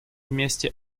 вместе